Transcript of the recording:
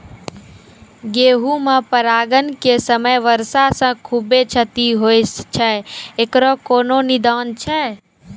गेहूँ मे परागण के समय वर्षा से खुबे क्षति होय छैय इकरो कोनो निदान छै?